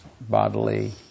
bodily